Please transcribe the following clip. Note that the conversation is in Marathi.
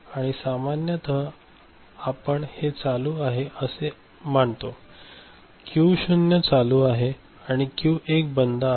आणि सामान्यत आम्ही हे चालू आहे असे आपण मानतो क्यू 0 चालू आहे आणि क्यू 1 बंद आहे